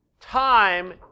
time